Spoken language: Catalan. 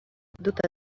duta